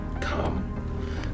Come